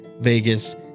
Vegas